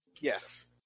Yes